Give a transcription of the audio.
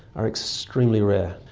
are extremely rare,